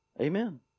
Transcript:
Amen